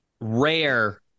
rare